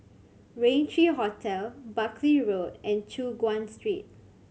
Raintr Hotel Buckley Road and Choon Guan Street